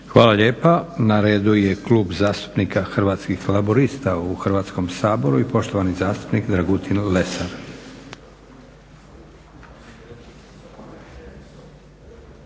Hvala lijepa. Na redu je Klub zastupnika Hrvatskih laburista u Hrvatskom saboru i poštovani zastupnik Dragutin Lesar.